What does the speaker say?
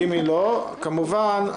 אם היא לא, כמובן,